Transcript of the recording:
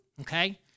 okay